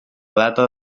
data